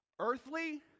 Earthly